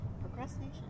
Procrastination